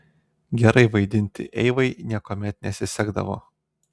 gerai vaidinti eivai niekuomet nesisekdavo